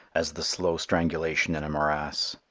as the slow strangulation in a morass.